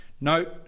Note